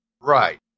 Right